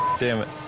damn it.